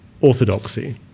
orthodoxy